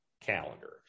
calendar